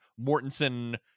Mortensen